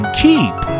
keep